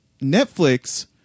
Netflix